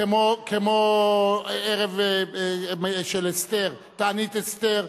כמו ערב תענית אסתר,